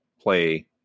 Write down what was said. play